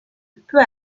peu